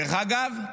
דרך אגב,